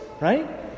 right